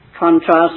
Contrast